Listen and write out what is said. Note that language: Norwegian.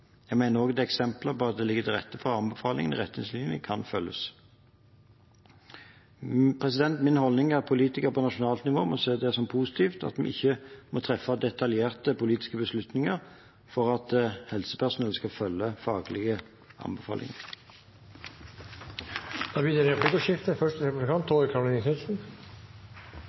Jeg mener også det er eksempler på at det ligger til rette for at anbefalingene og retningslinjene kan følges. Min holdning er at politikere på nasjonalt nivå må se det som positivt at vi ikke må treffe detaljerte politiske beslutninger for at helsepersonell skal følge faglige anbefalinger. Det blir replikkordskifte.